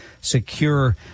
secure